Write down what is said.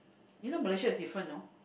you know Malaysia is different know